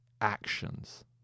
actions